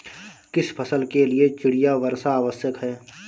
किस फसल के लिए चिड़िया वर्षा आवश्यक है?